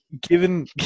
given